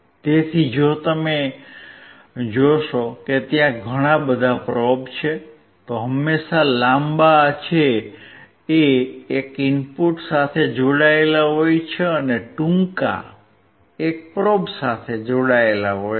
તેથી જો તમે જોશો કે ત્યાં ઘણા બધા પ્રોબ છે તો હંમેશા લાંબા એક ઇનપુટ સાથે જોડાયેલ હોય છે અને ટૂંકા એક પ્રોબ સાથે જોડાયેલ હોય છે